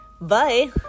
Bye